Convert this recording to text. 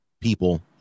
people